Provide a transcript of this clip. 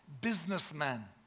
businessman